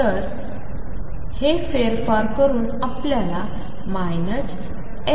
तर हे फेरफार करून आपल्याला 22md2dx2VψEψ